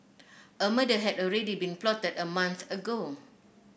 a murder had already been plotted a month ago